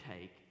take